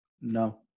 no